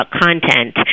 content